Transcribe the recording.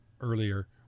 earlier